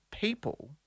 people